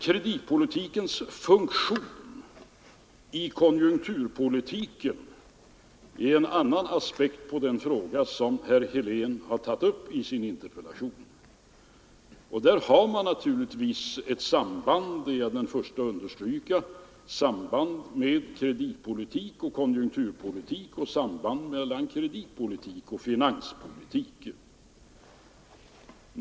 Kreditpolitikens funktion i konjunkturpolitiken är en annan aspekt av den fråga som herr Helén har tagit upp i sin interpellation. Det finns naturligtvis — det är jag den förste att understryka — ett samband mellan kreditpolitik och konjunkturpolitik och mellan kreditpolitik och finanspolitik.